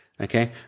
Okay